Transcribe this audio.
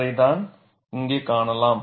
அதைத்தான் இங்கே காணலாம்